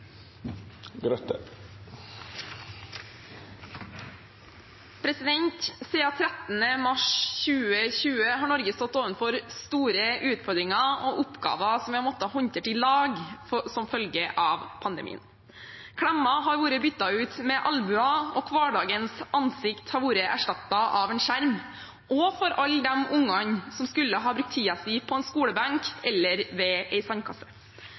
har måttet håndtere i lag. Klemmer har vært byttet ut med albuer, og hverdagens ansikt har vært erstattet av en skjerm – også for alle de ungene som skulle ha brukt tiden sin på en skolebenk eller ved en sandkasse.